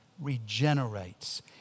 regenerates